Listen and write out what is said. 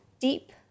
deep